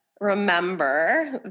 remember